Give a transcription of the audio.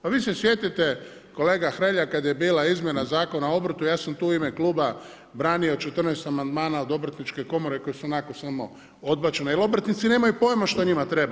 Pa vi se sjetite kolega Hrelja, kad je bila izmjena Zakona o obrtu, ja sam tu ime kluba branio 14 amandman od Obrtničke komore koji su onako samo dobačeni jer obrtnici nemaju pojma što njima treba.